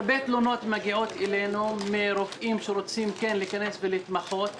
הרבה תלונות מגיעות אלינו מרופאים שרוצים כן להיכנס ולהתמחות,